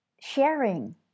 sharing